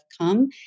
come